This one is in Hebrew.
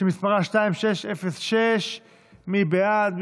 שמספרה 2620. מי בעד?